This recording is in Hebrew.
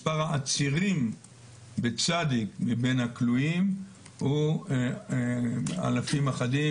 מספר העצירים מבין הכלואים הוא אלפים אחדים.